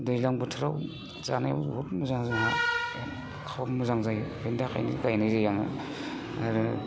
दैज्लां बोथोराव जानायाव बहुद मोजां जोंहा खब मोजां जायो बिनि थाखायनो गायनाय जायो आङो आरो